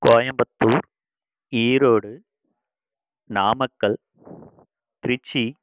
Coimbatore Erode Namakkal Trichy